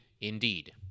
Indeed